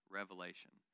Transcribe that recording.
revelation